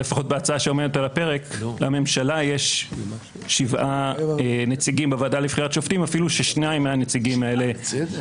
לפעמים יש התנגשות בין זכות של אדם אחד לזכות של אדם אחר.